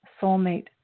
soulmate